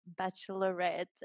bachelorette